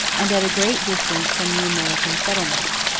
and at a great distance from the american settlements.